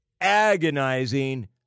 agonizing